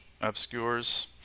obscures